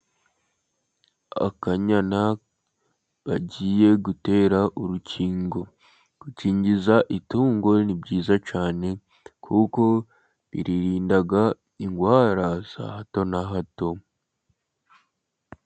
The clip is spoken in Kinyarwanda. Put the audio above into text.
Akanyana bagiye gutera urukingo, gukingiza itungo ni byiza cyane, kuko biririnda indwara za hato na hato.